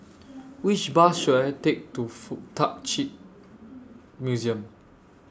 Which Bus should I Take to Fuk Tak Chi Museum